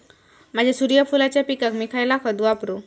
माझ्या सूर्यफुलाच्या पिकाक मी खयला खत वापरू?